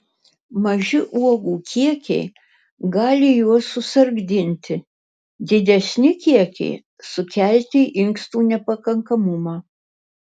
maži uogų kiekiai gali juos susargdinti didesni kiekiai sukelti inkstų nepakankamumą